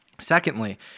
Secondly